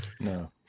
No